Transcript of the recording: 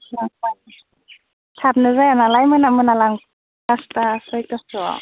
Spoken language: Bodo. माब्ला थाबनो जाया नालाय मोना मोना लां पासता सयतासोआव